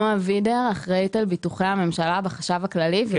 נועה וידר, אחראית על ביטוחי הממשלה בחשב הכללי.